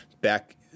back